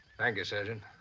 thank you, surgeon.